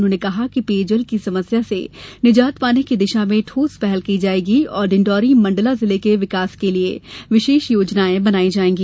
उन्होंने कहा कि पेयजल की समस्या से निजात पाने की दिषा में ठोस पहल की जाएगी और डिंडौरी मण्डला जिले के विकास के लिये विषेष योजनायें बनायी जायेंगी